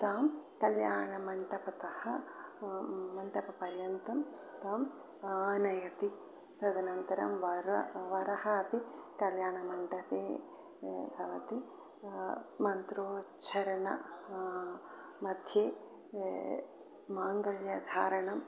तां कल्याणमण्डपतः मण्डपपर्यन्तं ताम् आनयति तदनन्तरं वरः वरः अपि कल्याणमण्डपे भवति मन्त्रोच्चारण मध्ये माङ्गल्यधारणं